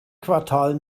quartal